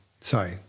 Sorry